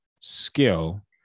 skill